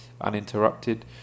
Uninterrupted